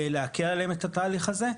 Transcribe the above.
להקל עליהם את התהליך הזה.